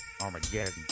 Armageddon